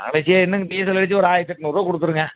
கடைசியாக என்னங்க டீசல் வெச்சு ஒரு ஆயிரத்தி எண்நூறுவா கொடுத்துருங்க